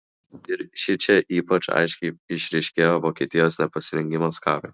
ir šičia ypač aiškiai išryškėjo vokietijos nepasirengimas karui